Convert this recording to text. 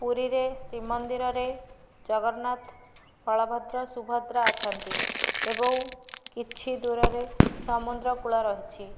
ପୁରୀରେ ଶ୍ରୀମନ୍ଦିର ରେ ଜଗନ୍ନାଥ ବଳଭଦ୍ର ସୁଭଦ୍ରା ଅଛନ୍ତି ଏବଂ କିଛି ଦୂରରେ ସମୁଦ୍ର କୂଳ ରହିଛି